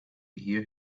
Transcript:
hear